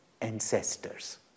ancestors